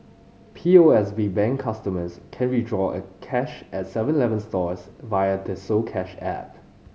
P O S B Bank customers can withdraw cash at Seven Eleven stores via the soCash app